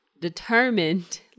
determined